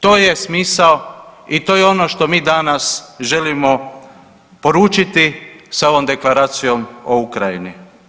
To je smisao i to je ono što mi danas želimo poručiti sa ovom Deklaracijom o Ukrajini.